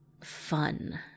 fun